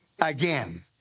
again